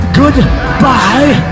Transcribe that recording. goodbye